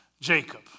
Jacob